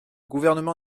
gouvernement